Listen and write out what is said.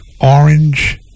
orange